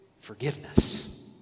forgiveness